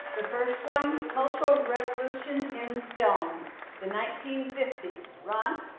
the first one cultural revolution in film the nineteen fifty s. ron?